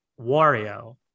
Wario